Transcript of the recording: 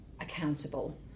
accountable